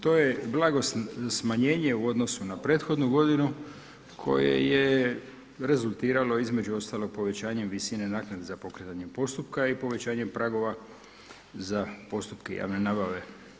To je blago smanjenje u odnosu na prethodnu godinu koje je rezultiralo između ostalog povećanjem visine naknade za pokretanjem postupka i povećanjem pragova za postupke javne nabave.